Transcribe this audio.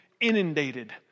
inundated